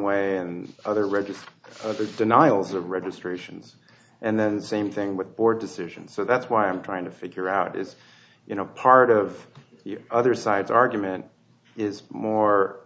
way and other register at the denials or registrations and then same thing with board decisions so that's why i'm trying to figure out is you know part of the other side's argument is more